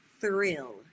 thrill